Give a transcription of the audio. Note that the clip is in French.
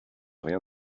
rien